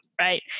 Right